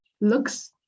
looks